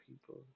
people